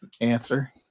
answer